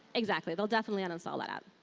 exactly. they'll definitely uninstall that app.